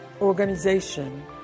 organization